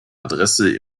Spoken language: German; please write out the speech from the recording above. adresse